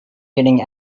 getting